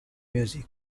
music